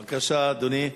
בבקשה, אדוני,